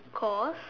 cause